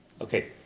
Okay